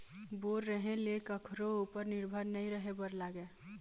bore रहें ले कखरो उपर निरभर नइ रहे बर लागय